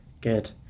good